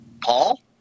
Paul